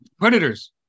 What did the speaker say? Predators